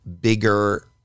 bigger